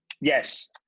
Yes